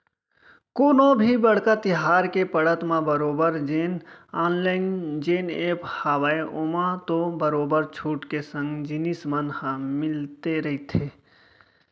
कोनो भी बड़का तिहार के पड़त म बरोबर जेन ऑनलाइन जेन ऐप हावय ओमा तो बरोबर छूट के संग जिनिस मन ह मिलते रहिथे